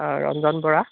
হয় ৰঞ্জন বৰা